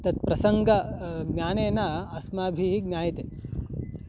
तत् प्रसङ्गः ज्ञानेन अस्माभिः ज्ञायते